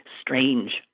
strange